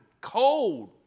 cold